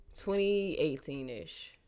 2018-ish